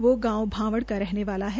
वहं गांव भांवड़ का रहने वाला है